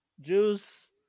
juice